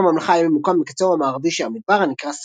עיקר הממלכה היה ממוקם בקצהו המערבי של המדבר הנקרא